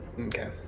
Okay